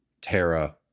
Terra